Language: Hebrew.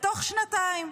בתוך שנתיים.